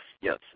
yes